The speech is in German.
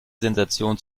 sensation